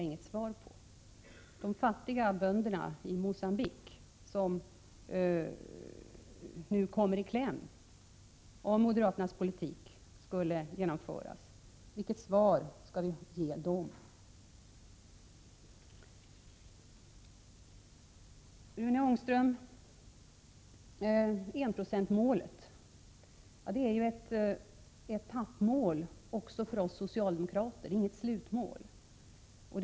Vilket svar skall vi ge de fattiga bönderna i Mogambique som kommer i kläm om moderaternas politik skulle genomföras? Rune Ångström! Enprocentsmålet är ju även för oss socialdemokrater ett etappmål. Det är inget slutmål.